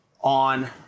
on